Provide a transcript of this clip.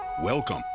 Welcome